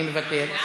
אני מבטל.